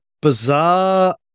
bizarre